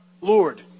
Lord